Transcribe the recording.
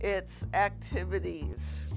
its activities